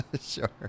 Sure